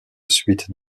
suite